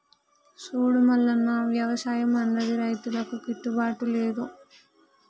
సూడు మల్లన్న, వ్యవసాయం అన్నది రైతులకు గిట్టుబాటు లేదు